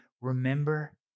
remember